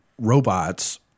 robots